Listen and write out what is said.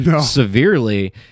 severely